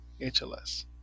HLS